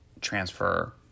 transfer